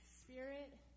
spirit